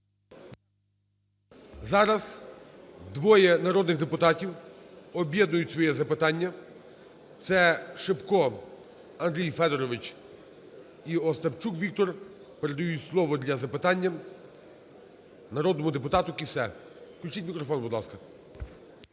Зараз двоє народних депутатів об'єднують своє запитання. ЦеШипко Андрій Федорович і Остапчук Віктор передають слово для запитання народному депутату Кіссе. Включіть мікрофон, будь ласка.